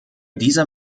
dieser